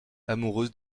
amoureuse